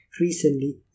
recently